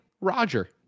Roger